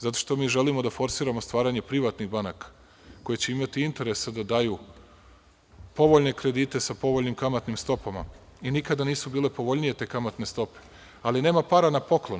Zato što mi želimo da forsiramo stvaranje privatnih banaka koje će imati interese da daju povoljne kredite sa povoljnim kamatnim stopama, i nikada nisu bile povoljnije te kamatne stope, ali nema para na poklon.